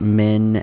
men